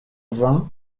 vain